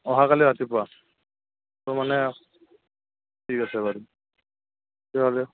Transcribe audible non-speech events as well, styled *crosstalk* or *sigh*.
অহাকালি ৰাতিপুৱা তো মানে ঠিক আছে বাৰু *unintelligible*